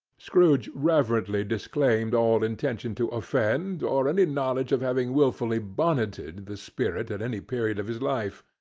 scrooge reverently disclaimed all intention to offend or any knowledge of having wilfully bonneted the spirit at any period of his life.